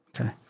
Okay